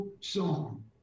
song